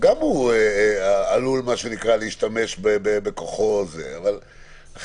במקרה הזה הוא עלול להשתמש --- אדוני,